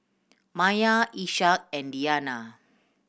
Maya Ishak and Diyana